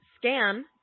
scan